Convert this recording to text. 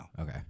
Okay